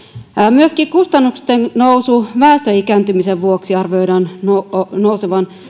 myöskin kustannusten arvioidaan väestön ikääntymisen vuoksi nousevan